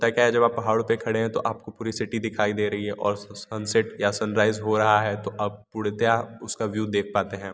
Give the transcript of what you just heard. होता क्या है जब आप पहाड़ों पे खड़े है तो आपको पूरी सिटी दिखाई दे रही है और सनसेट या सनराइज हो रहा है तो अब पूर्णतः उसका व्यू पाते है